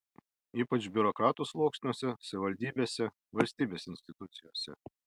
ypač biurokratų sluoksniuose savivaldybėse valstybės institucijose